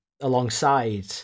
alongside